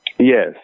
Yes